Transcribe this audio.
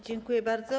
Dziękuję bardzo.